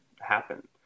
happen